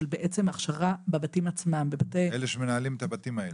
של בעצם הכשרה בבתים עצמם --- אלה שמנהלים את הבתים האלה.